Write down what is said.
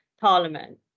parliament